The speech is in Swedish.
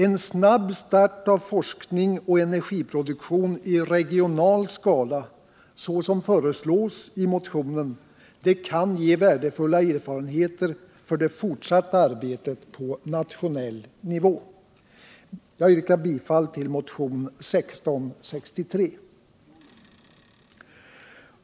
Snabbt insatta åtgärder i form av forskning och energiproduktion i regional skala så som föreslås i motionen kan ge värdefulla erfarenheter för det fortsatta arbetet på nationell nivå. Jag yrkar bifall till motionen 1663.